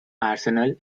arsenal